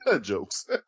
Jokes